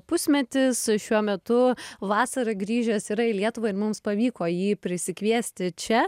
pusmetis šiuo metu vasarą grįžęs yra į lietuvą ir mums pavyko jį prisikviesti čia